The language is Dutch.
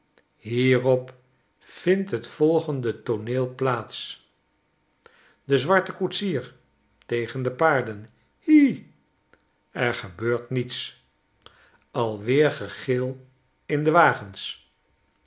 hierop vindt het volgende tooneel plaats de zwarte koetsier tegen de paarden hi er gebeurt niets alweer gegil in de wagens